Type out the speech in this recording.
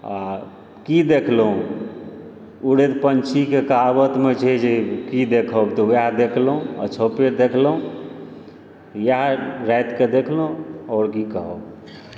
आ की देखलहुँ उड़ैत पन्छीके कहावतमे छै जे की देखब तऽ वएह देखलहुँ अक्षोपे देखलहुँ इएह रातिकऽ देखलहुँ आओर की कहब